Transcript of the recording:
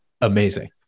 amazing